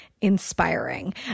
inspiring